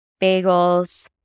bagels